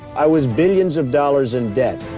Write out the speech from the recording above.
i was billions of dollars in debt.